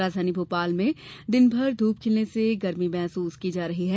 राजधानी भोपाल में दिन भर ध्रप खिलने से गर्मी महसूस की जा रही है